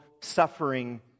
suffering